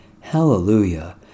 Hallelujah